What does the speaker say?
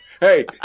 Hey